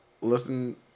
listen